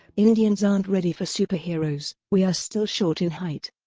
indians aren't ready for superheroes, we are still short in height.